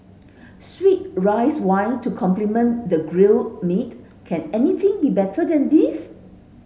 sweet rice wine to complement the grilled meat can anything be better than this